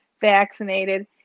vaccinated